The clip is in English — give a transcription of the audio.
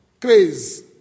craze